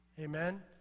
Amen